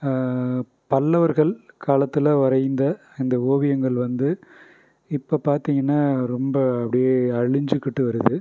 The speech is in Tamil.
பல்லவர்கள் காலத்தில் வரைந்த இந்த ஓவியங்கள் வந்து இப்போ பார்த்திங்கனா ரொம்ப அப்படியே அழிஞ்சுக்கிட்டு வருது